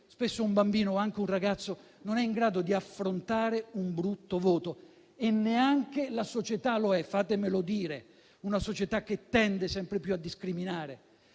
Spesso un bambino o anche un ragazzo non è in grado di affrontare un brutto voto. E neanche la società lo è, fatemelo dire; una società che tende sempre più a discriminare.